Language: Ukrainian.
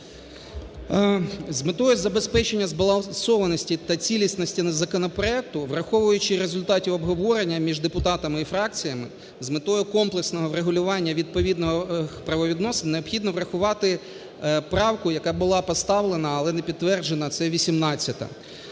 З метою забезпечення збалансованості та цілісності законопроекту, враховуючи результати обговорення між депутатами і фракціями, з метою комплексного врегулювання відповідних правовідносин необхідно врахувати правку, яка була поставлена, але не підтверджена, це 18-а.